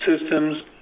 systems